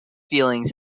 feelings